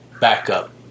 backup